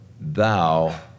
thou